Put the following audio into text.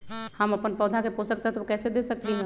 हम अपन पौधा के पोषक तत्व कैसे दे सकली ह?